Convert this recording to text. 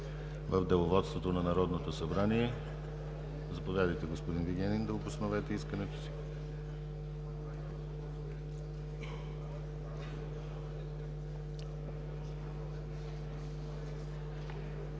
в Деловодството на Народното събрание. Заповядайте, господин Вигенин, да обосновете искането си.